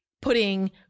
putting